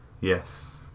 Yes